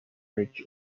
ridge